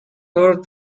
hurt